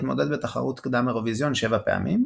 התמודד בתחרות קדם-אירוויזיון שבע פעמים,